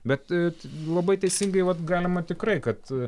bet labai teisingai vat galima tikrai kad